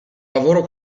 lavoro